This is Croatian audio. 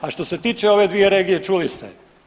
A što se tiče ove dvije regije čuli ste.